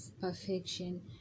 perfection